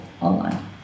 online